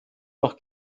noch